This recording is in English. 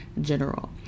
general